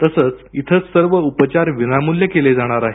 तसंच इथं सर्व उपचार विनामूल्य केले जाणार आहेत